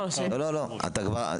לא, לא, אתה כבר.